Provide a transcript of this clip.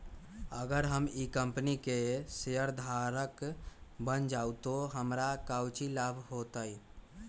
अगर हम ई कंपनी के शेयरधारक बन जाऊ तो हमरा काउची लाभ हो तय?